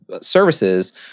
services